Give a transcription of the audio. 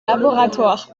laboratoire